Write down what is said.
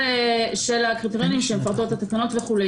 של הקריטריונים שמפרטות את התקנות וכו'.